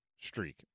streak